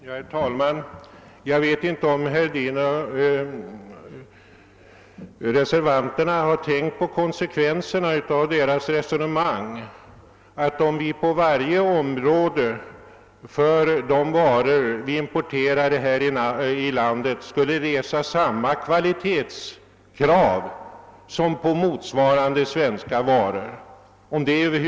Herr talman! Jag vet inte om reservanterna har tänkt på konsekvenserna av sitt resonemang. Vore det över huvud taget rimligt att uppställa sådana krav som att vi på varje område för de varor vi importerar till detta land skulle resa samma kvalitetskrav som på motsvarande svenska varor?